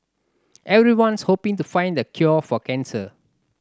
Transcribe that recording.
everyone's hoping to find the cure for cancer